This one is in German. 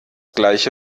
gleiche